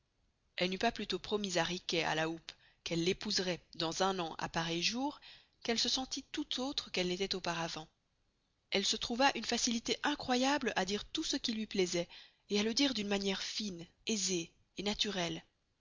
elle n'eut pas plustost promis à riquet à la houppe qu'elle l'épouseroit dans un an à pareil jour qu'elle se sentit tout autre qu'elle n'estoit auparavant elle se trouva une facilité incroyable à dire tout ce qui luy plaisoit et à le dire d'une maniere fine aisée et naturelle